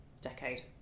decade